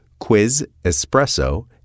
quizespresso